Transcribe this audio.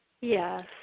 Yes